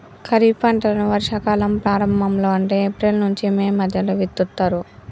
ఖరీఫ్ పంటలను వర్షా కాలం ప్రారంభం లో అంటే ఏప్రిల్ నుంచి మే మధ్యలో విత్తుతరు